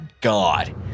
god